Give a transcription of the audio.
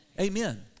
Amen